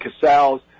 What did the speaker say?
Casals